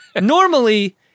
Normally